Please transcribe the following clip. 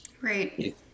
Great